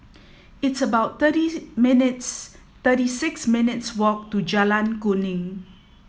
it's about thirty minutes thirty six minutes' walk to Jalan Kuning